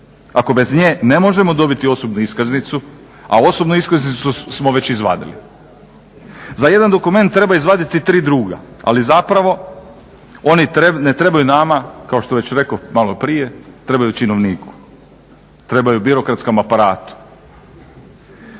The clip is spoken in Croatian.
ako bez nje ne možemo dobiti osobnu iskaznicu a osobnu iskaznicu smo već izvadili? Za jedan dokument treba izvaditi tri druga, ali zapravo oni ne trebaju nama kao što je već rekoh malo prije trebaju činovniku, trebaju birokratskom aparatu.